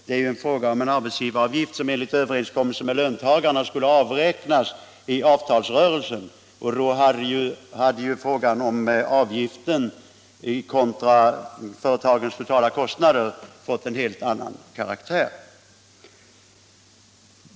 Det gäller ju en arbetsgivaravgift som enligt överenskommelse med löntagarna skulle avräknas i avtalsrörelsen, och då hade frågan om avgiften kontra företagens totala kostnader fått en helt annan karaktär.